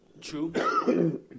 True